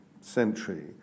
century